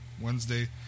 Wednesday